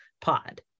pod